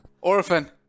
Orphan